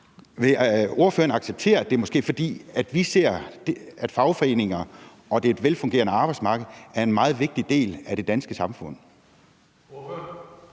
Vil ordføreren acceptere, at det måske er, fordi vi ser det sådan, at fagforeninger og et velfungerende arbejdsmarked er en meget vigtig del af det danske samfund?